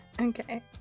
Okay